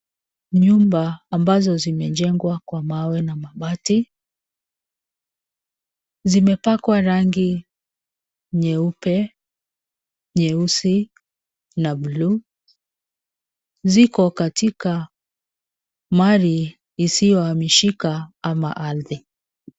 Nyumba ambazo zimejengwa kwa mawe na mabati zimepakwa rangi nyeupe, nyeusi na buluu ziko katika mali isiyohamishika ama ardhi.